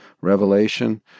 revelation